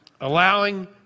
Allowing